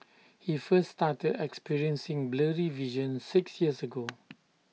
he first started experiencing blurry vision six years ago